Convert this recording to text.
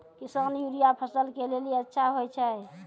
किसान यूरिया फसल के लेली अच्छा होय छै?